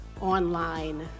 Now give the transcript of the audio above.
online